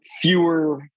fewer